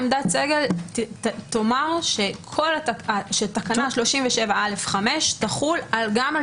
עמדת סגל תאמר שתקנה 37א(5) תחול גם על